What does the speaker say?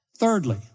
Thirdly